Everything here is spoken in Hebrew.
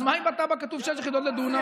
אז מה אם בתב"ע כתוב שש יחידות לדונם?